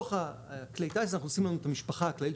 בתוך כלי הטיס אנחנו עושים לנו את המשפחה הכללית